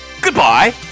goodbye